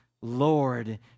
Lord